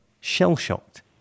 shell-shocked